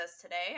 today